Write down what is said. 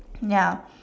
ya